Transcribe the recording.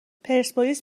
پرسپولیس